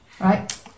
Right